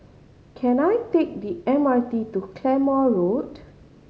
can I take the M R T to Claymore Road